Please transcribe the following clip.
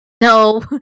no